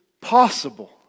possible